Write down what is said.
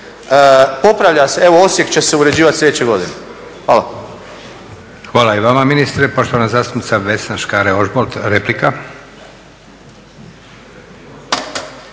Popravlja se, evo Osijek će se uređivati sljedeće godine. Hvala. **Leko, Josip (SDP)** Hvala i vama ministre. Poštovana zastupnica Vesna Škare-Ožbolt, replika.